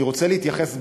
אני רוצה להתייחס,